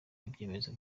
ibyemezo